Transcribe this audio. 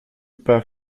pas